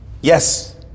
yes